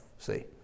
See